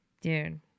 dude